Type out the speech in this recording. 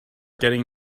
getting